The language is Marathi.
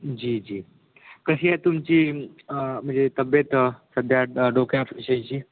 जी जी कशी आहे तुमची म्हणजे तब्येत सध्या डोक्यात ची